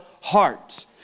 heart